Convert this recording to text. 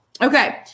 Okay